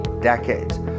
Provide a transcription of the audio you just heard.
decades